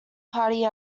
party